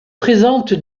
présente